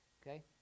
Okay